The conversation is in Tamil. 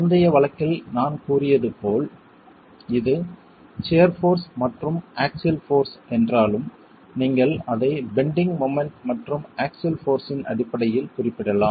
முந்தைய வழக்கில் நான் கூறியது போல் இது சியர் போர்ஸ் மற்றும் ஆக்ஸில் போர்ஸ் என்றாலும் நீங்கள் அதை பெண்டிங் மொமெண்ட் மற்றும் ஆக்ஸில் போர்ஸ் இன் அடிப்படையில் குறிப்பிடலாம்